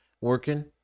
working